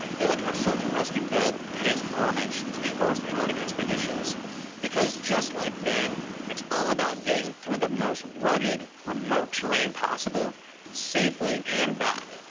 feel like our search and rescue build pays homage to the first antarctic expeditions because just like then it's all about getting through the most rugged, remote terrain possible safely and back.